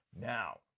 Now